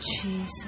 Jesus